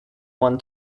won